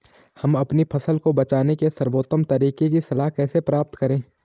हम अपनी फसल को बचाने के सर्वोत्तम तरीके की सलाह कैसे प्राप्त करें?